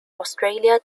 australia